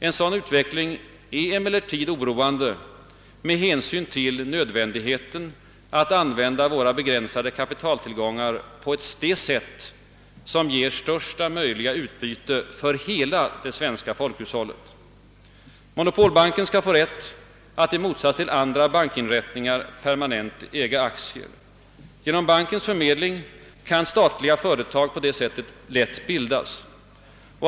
En sådan utveckling är emellertid oroande med hänsyn till nödvändigheten att man använder våra be gränsade kapitaltillgångar på det sätt som ger största möjliga utbyte för hela det svenska folkhushållet. Monopolbanken skall få rätt att, i motsats till andra bankinrättningar, permanent äga aktier. Genom bankens förmedling kan på så sätt statliga företag lätt bildas.